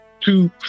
two